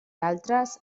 altres